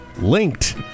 linked